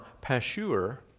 Pashur